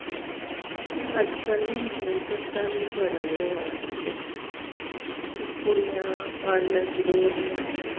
अज्जकल न मेकअप दा बी बड़ा गै रवाज़ होई गेदा ऐ कि कुड़ियां पार्लर च दौड़दियां न